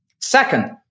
Second